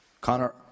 Connor